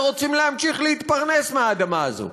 ורוצים להמשיך להתפרנס מהאדמה הזו.